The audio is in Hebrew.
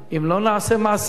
אם לא נעשה מעשה,